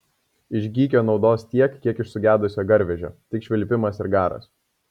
iš gykio naudos tiek kiek iš sugedusio garvežio tik švilpimas ir garas